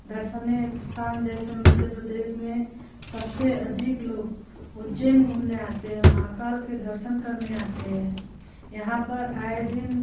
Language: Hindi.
दर्सनीय इस्थान जैसे मध्य प्रदेस में सबसे अधिक लोग उज्जैन घूमने आते है महाकाल के दर्सन करने आते है यहाँ पर आए दिन